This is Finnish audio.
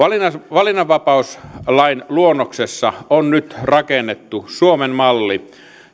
valinnanvapauslain luonnoksessa on nyt rakennettu suomen malli